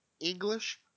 English